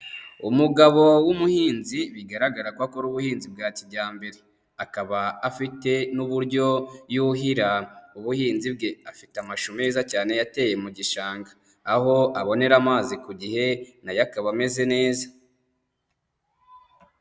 Umugabo w'umuhinzi bigaragara ko akora ubuhinzi bwa kijyambere, akaba afite n'uburyo yuhira ubuhinzi bwe, afite amashu meza cyane yateye mu gishanga, aho abonera amazi ku gihe na yo akaba ameze neza.